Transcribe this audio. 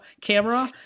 camera